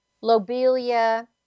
Lobelia